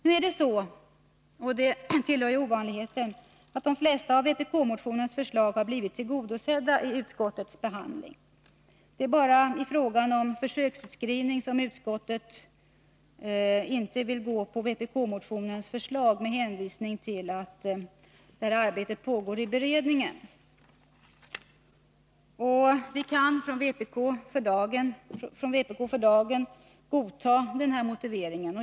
Nu har — vilket tillhör ovanligheten — de flesta förslagen i vpk-motionen blivit tillgodosedda under utskottsbehandlingen. Bara i fråga om försöksutskrivningen har utskottet med hänvisning till att arbetet i beredningen pågår inte velat tillstyrka vpk-motionens förslag. Vi från vpk kan för dagen godta denna motivering.